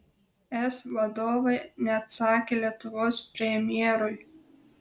es vadovai neatsakė lietuvos premjerui